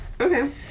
Okay